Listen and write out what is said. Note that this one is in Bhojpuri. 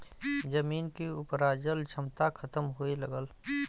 जमीन के उपराजल क्षमता खतम होए लगल